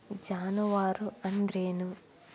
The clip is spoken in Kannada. ಜಾನುವಾರು ಅಂದ್ರೇನು?